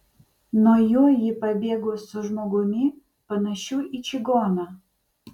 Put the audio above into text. nuo jo ji pabėgo su žmogumi panašiu į čigoną